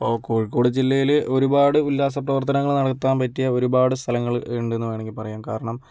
ഓ കോഴിക്കോട് ജില്ലയില് ഒരുപാട് ഉല്ലാസ പ്രവർത്തനങ്ങൾ നടത്താൻ പറ്റിയ ഒരുപാട് സ്ഥലങ്ങള് ഉണ്ടെന്ന് വേണമെങ്കിൽ പറയാം കാരണം